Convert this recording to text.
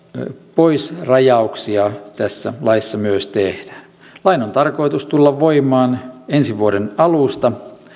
poisrajauksia tässä laissa myös tehdään lain on tarkoitus tulla voimaan ensi vuoden alusta